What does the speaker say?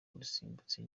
yarusimbutse